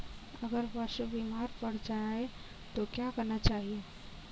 अगर पशु बीमार पड़ जाय तो क्या करना चाहिए?